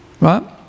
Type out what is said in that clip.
Right